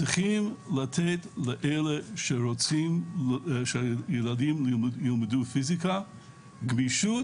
צריך לתת לאלה שרוצים שילדים ילמדו פיזיקה גמישות,